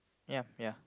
ya ya